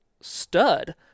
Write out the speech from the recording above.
stud